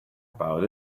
about